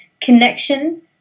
connection